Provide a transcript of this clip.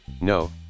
No